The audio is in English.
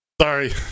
Sorry